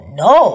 no